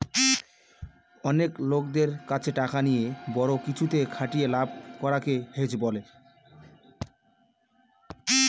অনেক লোকদের কাছে টাকা নিয়ে বড়ো কিছুতে খাটিয়ে লাভ করাকে হেজ বলে